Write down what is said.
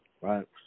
right